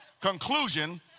conclusion